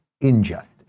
injustice